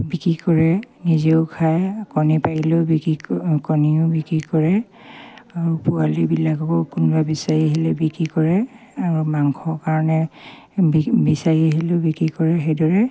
বিক্ৰী কৰে নিজেও খায় কণী পাৰিলেও বিক্ৰী কণীও বিক্ৰী কৰে আৰু পোৱালিবিলাককো কোনোবা বিচাৰি আহিলে বিক্ৰী কৰে আৰু মাংসৰ কাৰণে বিচাৰি আহিলেও বিক্ৰী কৰে সেইদৰে